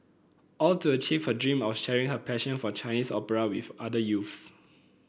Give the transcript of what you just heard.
all to achieve her dream of sharing her passion for Chinese opera with other youths